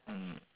mm